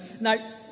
Now